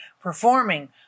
performing